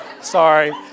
Sorry